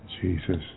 Jesus